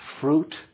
fruit